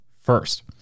first